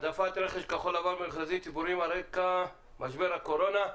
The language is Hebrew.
העדפת רכש כחול לבן במכרזים ציבוריים על רקע משבר הקורונה.